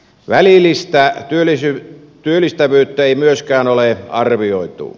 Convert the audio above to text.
välillistä työllistävyyttä ei myöskään ole arvioitu